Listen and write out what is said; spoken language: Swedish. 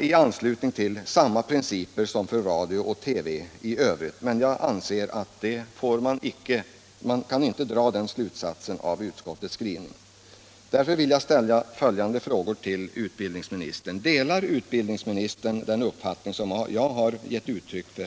i anslutning till samma principer som gäller för radio och TV i övrigt. Man kan, tyvärr, inte dra den slutsatsen av utskottets skrivning. Därför vill jag ställa följande frågor till utbildningsministern: Delar utbildningsministern den uppfattning som jag har uttryckt?